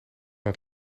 het